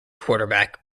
quarterback